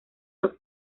los